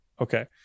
Okay